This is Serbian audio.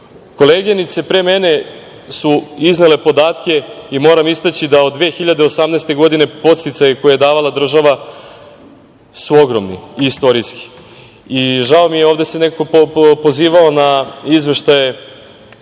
državu. Koleginice pre mene su iznele podatke i moram istaći da od 2018. godine, podsticaji koje je davala država su ogromni i istorijski. Ovde se neko pozivao na izveštaje